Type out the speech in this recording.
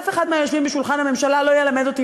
אף אחד מהיושבים בשולחן הממשלה לא ילמד אותי